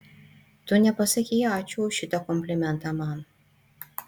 tu nepasakei ačiū už šitą komplimentą man